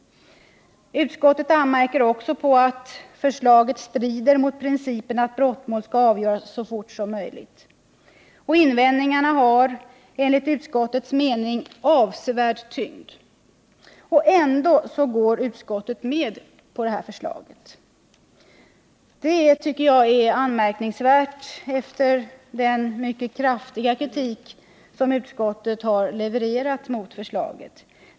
Utskottet anmärker också på att förslaget strider mot principen att brottmål skall avgöras så fort som möjligt. Invändningarna har enligt utskottets mening avsevärd tyngd. Ändå går utskottet med på förslaget. Det tycker jag är anmärkningsvärt efter den mycket kraftiga kritik som utskottet har levererat mot förslaget.